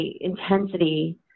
intensity